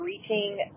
reaching